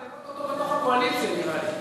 לתוך הקואליציה, ככה זה נראה לי.